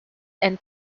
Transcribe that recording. and